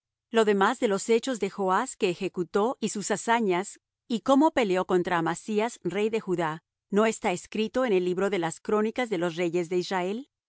lo demás de los hechos de joas que ejecutó y sus hazañas y cómo peleó contra amasías rey de judá no está escrito en el libro de las crónicas de los reyes de israel